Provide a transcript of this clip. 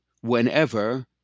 whenever